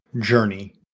journey